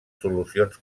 solucions